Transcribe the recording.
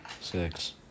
Six